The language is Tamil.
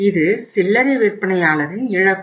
இது சில்லறை விற்பனையாளரின் இழப்பு